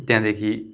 त्यहाँदेखि